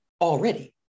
already